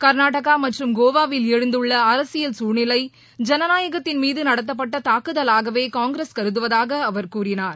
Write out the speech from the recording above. கர்நாடகா மற்றும் கோவாவில் எழுந்துள்ள அரசியல் சூழ்நிலை ஜனநாயகத்தின் மீது நடத்தப்பட்ட தாக்குதலாகவே காங்கிரஸ் கருதுவதாக அவர் கூறினார்